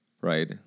right